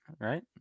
Right